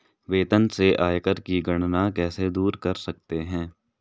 वेतन से आयकर की गणना कैसे दूर कर सकते है?